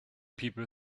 people